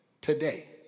Today